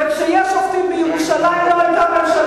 זה האיזון הדרוש.